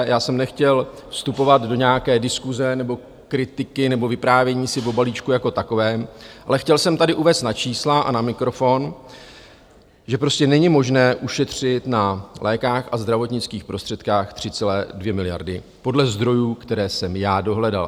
Já jsem nechtěl vstupovat do nějaké diskuse nebo kritiky nebo vyprávění si o balíčku jako takovém, ale chtěl jsem tady uvést na číslech a na mikrofon, že prostě není možné ušetřit na lécích a zdravotnických prostředcích 3,2 miliardy podle zdrojů, které jsem já dohledal.